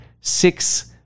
six